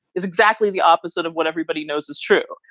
it's exactly the opposite of what everybody knows is true.